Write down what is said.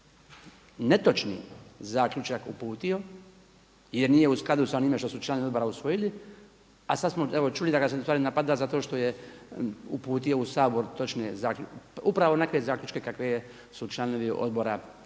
netočni zaključak uputio jer nije u skladu sa onima što su članovi odbora usvojili a sada smo evo čuli da ga se ustvari napada zato što je uputio u Sabor točne zaključke, upravo onakve zaključke kakve su članovi odbora usvojili